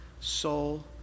soul